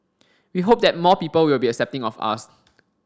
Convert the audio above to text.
we hope that more people will be accepting of us